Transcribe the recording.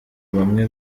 bamwe